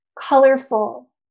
colorful